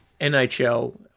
NHL